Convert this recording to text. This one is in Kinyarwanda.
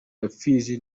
gapfizi